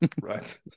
right